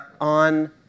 on